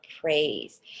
praise